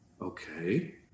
okay